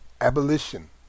Abolition